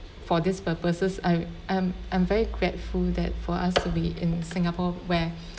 for these purposes I I'm I'm very grateful that for us to be in singapore where